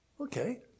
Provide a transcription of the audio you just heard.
okay